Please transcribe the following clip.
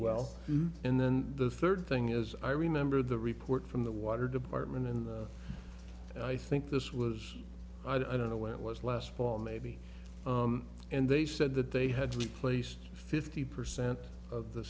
well and then the third thing is i remember the report from the water department and i think this was i don't know when it was last fall maybe and they said that they had replaced fifty percent of the